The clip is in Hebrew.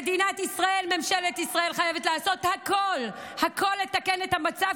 מדינת ישראל וממשלת ישראל חייבות לעשות הכול הכול לתקן את המצב,